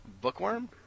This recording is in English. Bookworm